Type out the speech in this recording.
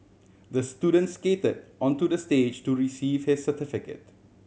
the student skated onto the stage to receive his certificate